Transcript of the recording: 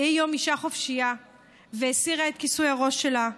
היא היום אישה חופשייה והסירה את כיסוי הראש שלה,